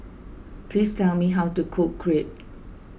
please tell me how to cook Crepe